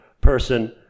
person